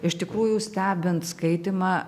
iš tikrųjų stebint skaitymą